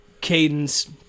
cadence